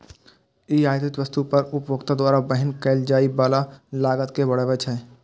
ई आयातित वस्तु पर उपभोक्ता द्वारा वहन कैल जाइ बला लागत कें बढ़बै छै